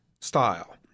style